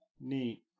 Neat